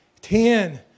ten